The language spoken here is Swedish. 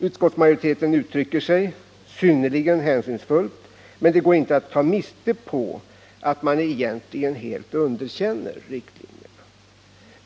Utskottsmajoriteten uttrycker sig synnerligen hänsynsfullt, men det går inte att ta miste på att man egentligen helt underkänner riktlinjerna.